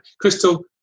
Crystal